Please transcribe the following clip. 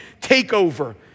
takeover